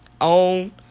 own